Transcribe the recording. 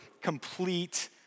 complete